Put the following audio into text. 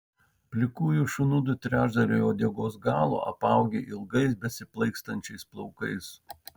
plikųjų šunų du trečdaliai uodegos galo apaugę ilgais besiplaikstančiais plaukais